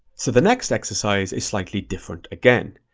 so the next exercise is slightly different again.